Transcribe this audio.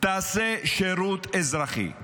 תעשה שירות אזרחי.